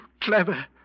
clever